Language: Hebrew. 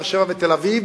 באר-שבע ותל-אביב,